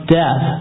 death